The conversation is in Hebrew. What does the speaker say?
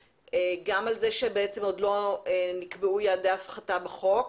גם על זה שלא נקבעו יעדי הפחתה כנדרש בחוק,